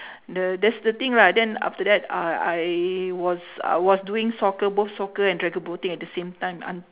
the that's the thing lah then after that I I was uh was doing soccer both soccer and dragon boating at the same time